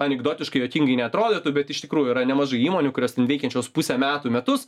anekdotiškai juokingai neatrodytų bet iš tikrųjų yra nemažai įmonių kurios ten veikiančios pusę metų metus